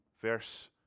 verse